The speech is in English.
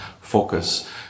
focus